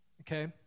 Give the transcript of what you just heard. okay